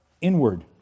inward